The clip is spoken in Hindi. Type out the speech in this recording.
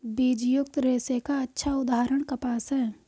बीजयुक्त रेशे का अच्छा उदाहरण कपास है